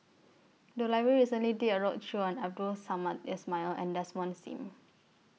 The Library recently did A roadshow on Abdul Samad Ismail and Desmond SIM